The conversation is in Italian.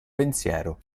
pensiero